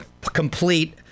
complete –